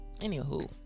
Anywho